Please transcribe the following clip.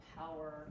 power